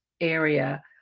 area